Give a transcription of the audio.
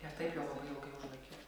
ir taip jau labai ilgai užlaikiau